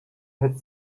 had